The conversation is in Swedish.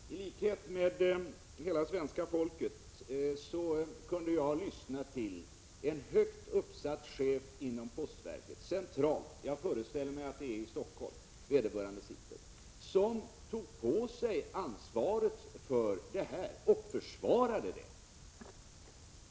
Fru talman! I likhet med hela svenska folket kunde jag lyssna till en centralt högt uppsatt chef inom postverket — jag föreställer mig att det är i Stockholm vederbörande sitter — som tog på sig ansvaret för detta och försvarade det.